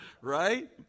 Right